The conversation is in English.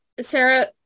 Sarah